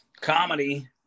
Comedy